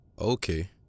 Okay